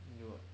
do what